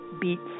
beats